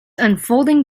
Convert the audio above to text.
unfolding